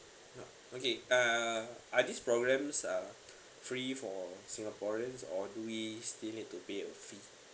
okay uh are these programs uh free for singaporeans or do we still need to pay on fees